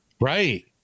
Right